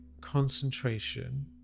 concentration